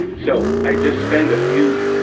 so i just spent a few,